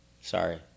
Sorry